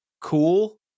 Cool